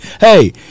Hey